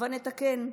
הבה נתקן.